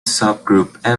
subgroup